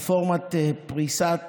רפורמת פריסת